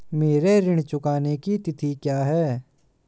मेरे ऋण चुकाने की तिथि क्या है?